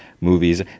movies